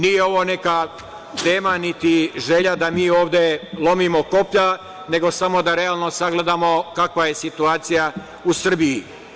Nije ovo neka tema niti želja da mi ovde lomimo koplja, nego samo da realno sagledamo kakva je situacija u Srbiji.